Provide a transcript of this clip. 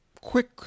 quick